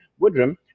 Woodrum